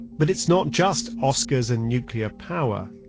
but it's not just oscars and nuclear power.